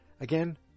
Again